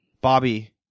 Bobby